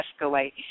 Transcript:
escalate